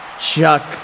chuck